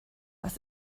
was